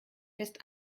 fest